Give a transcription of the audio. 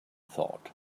thought